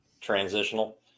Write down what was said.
transitional